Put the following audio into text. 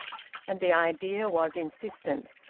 and the idea was insistent,